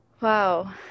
Wow